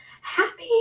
happy